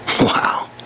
wow